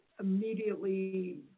immediately